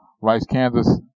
Rice-Kansas